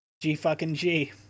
G-fucking-G